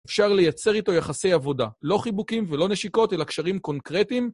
אפשר לייצר איתו יחסי עבודה, לא חיבוקים ולא נשיקות, אלא קשרים קונקרטיים.